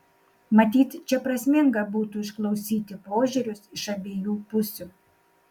matyt čia prasminga būtų išklausyti požiūrius iš abiejų pusių